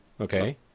Okay